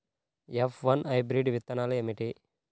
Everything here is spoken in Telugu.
ఎఫ్ వన్ హైబ్రిడ్ విత్తనాలు ఏమిటి?